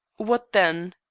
what then?